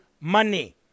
money